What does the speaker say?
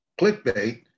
clickbait